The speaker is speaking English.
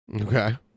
Okay